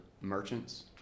merchants